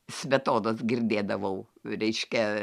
smetonos girdėdavau reiškia